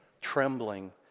trembling